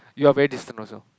you're very distant also